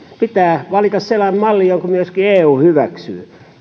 pitää valita sellainen malli jonka myöskin eu hyväksyy